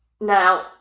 Now